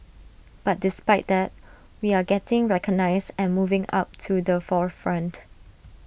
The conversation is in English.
but despite that we are getting recognised and moving up to the forefront